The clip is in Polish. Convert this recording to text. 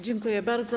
Dziękuję bardzo.